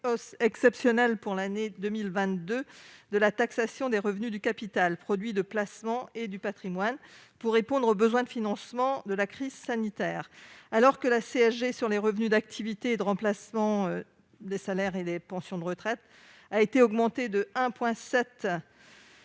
hausse exceptionnelle, pour l'année 2022, de la taxation des revenus du capital- produits de placement et patrimoine -pour répondre aux besoins de financement de la crise sanitaire. Alors que la CSG des revenus d'activité et de remplacement- salaires et pensions de retraite -a augmenté de 1,7